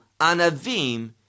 anavim